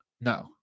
No